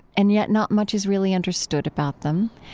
and yet not much as really understood about them